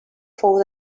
fou